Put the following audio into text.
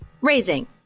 raising